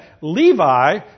Levi